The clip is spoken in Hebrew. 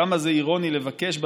כמה זה אירוני לבקש,